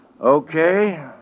Okay